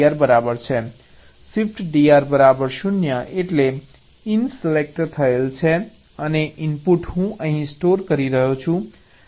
Shift DR બરાબર 0 એટલે in select થયેલ છે અને ઇનપુટ હું અહીં સ્ટોર કરી રહ્યો છું